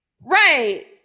Right